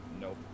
Nope